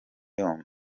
yombi